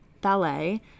ballet